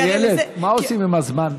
איילת, מה עושים עם הזמן?